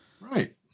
right